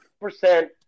percent